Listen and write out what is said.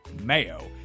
mayo